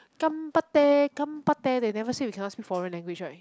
gambatte gambatte they never say we cannot speak foreign language right